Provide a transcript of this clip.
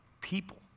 people